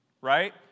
right